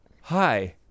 hi